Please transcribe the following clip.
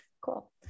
Cool